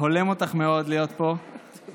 הולם אותך מאוד להיות פה, תודה.